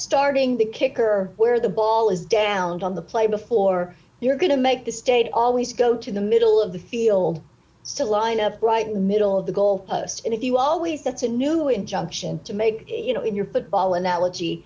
starting the kicker where the ball is down on the play before you're going to make the state always go to the middle of the field to line up right middle of the goal and if you always that's a new injunction to make you know in your football analogy